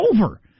over